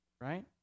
right